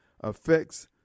affects